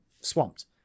swamped